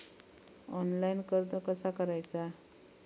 Online कर्ज कसा करायचा?